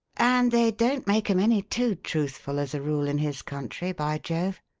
and they don't make em any too truthful, as a rule, in his country, by jove!